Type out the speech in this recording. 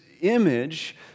image